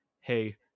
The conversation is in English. Hey